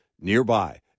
nearby